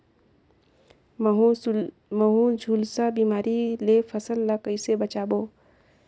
महू, झुलसा बिमारी ले फसल ल कइसे बचाबो?